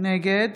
נגד